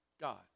God